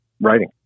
writing